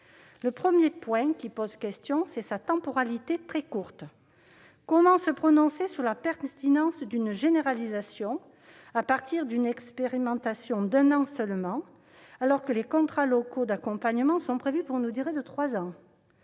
Le premier point qui pose question, c'est sa temporalité très courte. Comment se prononcer sur la pertinence d'une généralisation à partir d'une expérimentation d'un an seulement, alors que les contrats locaux d'accompagnement sont prévus pour une durée de trois ans ?